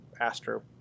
Astro